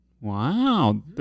Wow